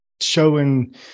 showing